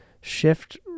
shift